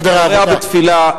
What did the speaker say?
בסדר עבודה ותפילה,